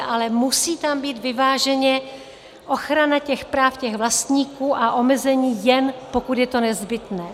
Ale musí tam být vyváženě ochrana práv vlastníků a omezení, jen pokud je to nezbytné.